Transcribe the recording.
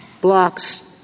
blocks